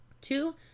two